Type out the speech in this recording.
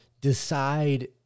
decide